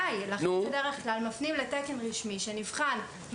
בוודאי, ולכן בדרך כלל מפנים לתקן רשמי שנבחן.